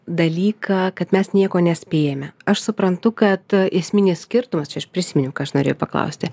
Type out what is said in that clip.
dalyką kad mes nieko nespėjame aš suprantu kad esminis skirtumas čia aš prisiminiau ką aš norėjau paklausti